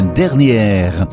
dernière